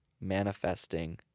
manifesting